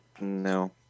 No